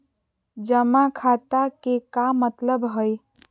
जमा खाता के का मतलब हई?